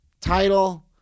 title